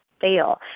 fail